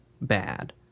bad